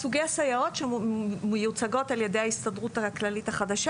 סוגי הסייעות שמיוצגות על ידי ההסתדרות הכללית החדשה